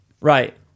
right